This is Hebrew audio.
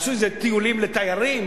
יעשו איזה טיולים לתיירים?